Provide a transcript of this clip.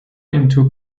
into